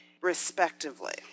respectively